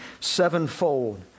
sevenfold